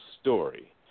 story